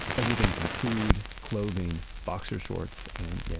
everything from food, clothing, boxer shorts and yeah,